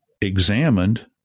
examined